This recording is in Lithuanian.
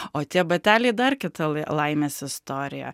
o tie bateliai dar kita lai laimės istorija